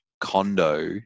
condo